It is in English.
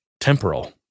temporal